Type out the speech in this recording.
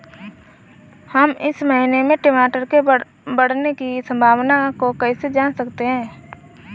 हम इस महीने में टमाटर के बढ़ने की संभावना को कैसे जान सकते हैं?